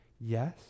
yes